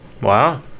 Wow